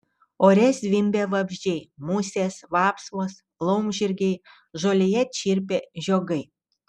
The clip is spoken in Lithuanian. ore zvimbė vabzdžiai musės vapsvos laumžirgiai žolėje čirpė žiogai